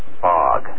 fog